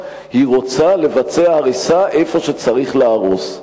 היא רוצה לבצע הריסה איפה שצריך להרוס.